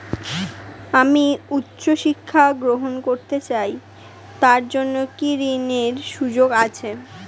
আমি উচ্চ শিক্ষা গ্রহণ করতে চাই তার জন্য কি ঋনের সুযোগ আছে?